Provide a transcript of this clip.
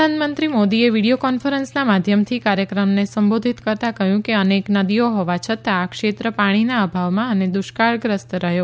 પ્રધાનમંત્રી મોદીએ વીડીયો કોન્ફરન્સના માધ્યમથી કાર્યક્રમને સંબોધિત કરતાં કહ્યું કે અનેક નદીઓ હોવા છતાં આ ક્ષેત્ર પાણીના અભાવમાં અને દુષ્કાળગ્રસ્ત રહ્યો